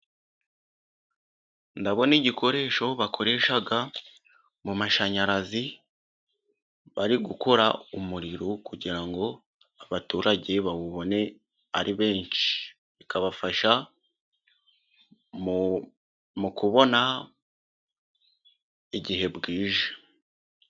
Ndabona igikoresho bakoresha mu mashanyarazi, bari gukora umuriro kugira ngo abaturage bawubone ari benshi, ikabafasha mu kubona igihe bwije.